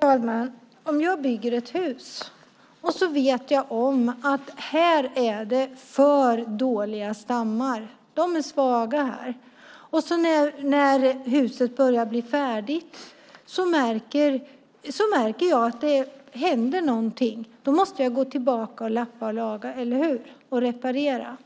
Herr talman! Om jag bygger ett hus och vet att det är för dåliga stammar - de är för svaga - och märker när huset börjar bli färdigt att det händer någonting, då måste jag gå tillbaka och lappa, laga och reparera,